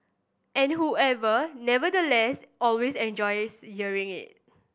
and who ever nevertheless always enjoys hearing it